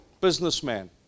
businessman